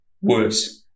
worse